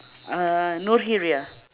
uh noorkhiriah